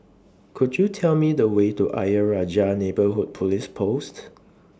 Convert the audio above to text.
Could YOU Tell Me The Way to Ayer Rajah Neighbourhood Police Post